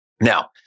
Now